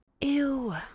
ew